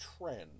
trend